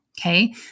okay